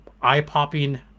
eye-popping